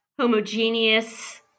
Homogeneous